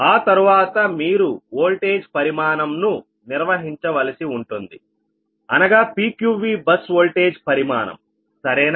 ఆ తర్వాత మీరు వోల్టేజ్ పరిమాణంను నిర్వహించవలసి ఉంటుంది అనగా PQVబస్ వోల్టేజ్ పరిమాణం సరేనా